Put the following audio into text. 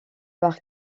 par